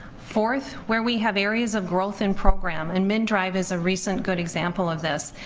fourth, where we have areas of growth in program, and mndrive is a recent good example of this,